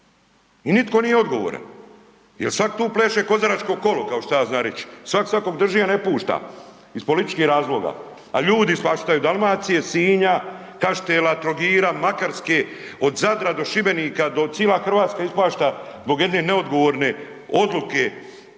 I nitko nije odgovoran jer sak tu pleše kozaračko kolo, kao što ja znam reći, svak svakog drži, a ne pušta iz političkih razloga, a ljudi ispaštaju Dalmacije, Sinja, Kaštela, Trogira, Makarske, od Zadra do Šibenika, do cila Hrvatska ispašta zbog jedne neodgovorne odluke